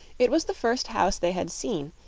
it was the first house they had seen,